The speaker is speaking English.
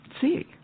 see